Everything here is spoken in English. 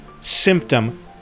symptom